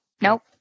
nope